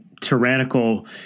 tyrannical